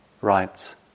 writes